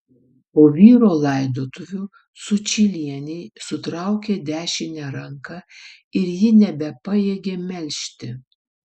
po vyro laidotuvių sučylienei sutraukė dešinę ranką ir ji nebepajėgė melžti